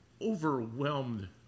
overwhelmed